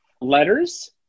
letters